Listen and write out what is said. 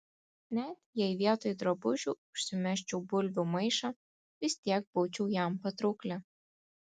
net jei vietoj drabužių užsimesčiau bulvių maišą vis tiek būčiau jam patraukli